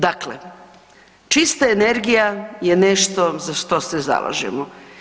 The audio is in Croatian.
Dakle, čista energija je nešto za što se zalažemo.